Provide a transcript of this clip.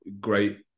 great